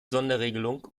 sonderregelung